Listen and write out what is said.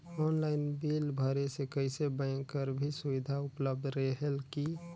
Online bill भरे से कइसे बैंक कर भी सुविधा उपलब्ध रेहेल की?